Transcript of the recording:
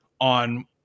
on